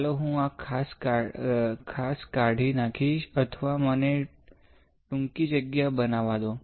ચાલો હું આ ખાસ કાઢી નાખીશ અથવા મને ટૂંકી જગ્યા બનાવવા દો